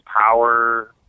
power